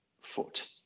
foot